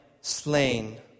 slain